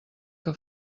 que